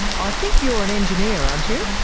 i think you're an engineer, aren't you?